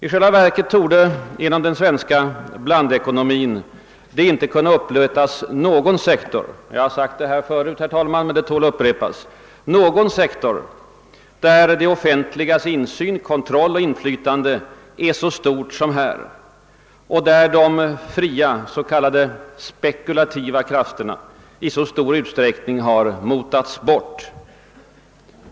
I själva verket torde inom den svenska blandekonomin inte kunna uppletas någon sektor — jag har sagt detta förut, herr talman, men det tål att upprepas — där det offentligas insyn, kontroll och inflytande är av samma storleksordning som här och där de fria s.k. spekulativa krafterna i så stor utsträckning har motats bort.